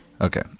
Okay